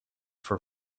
for